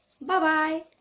Bye-bye